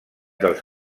dels